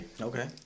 Okay